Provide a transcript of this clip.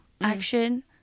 action